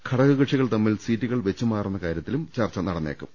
ഘടകക്ഷികൾ തമ്മിൽ സീറ്റുകൾ വെച്ചുമാറുന്ന കാര്യത്തിലും ചർച്ച നടന്നേക്കും